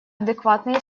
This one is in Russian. адекватные